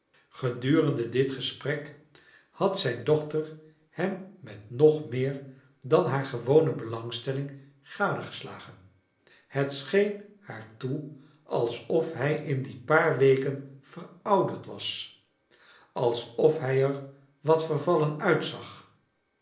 gedurende dit gesprek had zijn dochter hem met nog meer dan haar orewone belangstelling v gadegeslagen het scheen haar toe alsof hij in die paar weken vcrouderd was alsof hij er wat vervallen uitzag